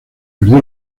perdió